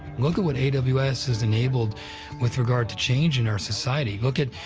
look at what a w s. has enabled with regard to change in our society. look at,